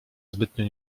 zbytnio